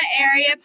Area